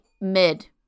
mid